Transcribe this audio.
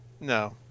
No